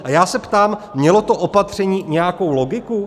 A já se ptám mělo to opatření nějakou logiku?